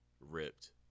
ripped